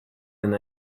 and